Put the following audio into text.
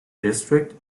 district